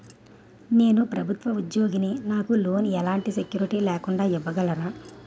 నేను ప్రభుత్వ ఉద్యోగిని, నాకు లోన్ ఎలాంటి సెక్యూరిటీ లేకుండా ఇవ్వగలరా?